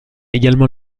également